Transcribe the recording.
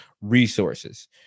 resources